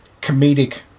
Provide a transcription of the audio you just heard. comedic